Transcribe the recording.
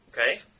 Okay